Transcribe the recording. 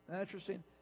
interesting